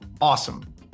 Awesome